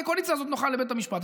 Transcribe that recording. כי הקואליציה הזאת נוחה לבית המשפט.